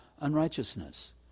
unrighteousness